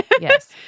Yes